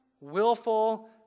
willful